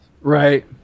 Right